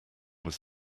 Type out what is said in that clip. was